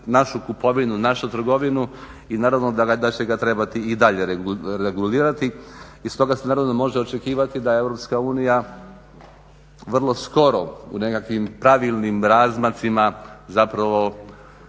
našu kupovinu, našu trgovinu i naravno da će ga trebati i dalje regulirati. I stoga se naravno može očekivati da Europska unija vrlo skoro u nekakvim pravilnim razmacima zapravo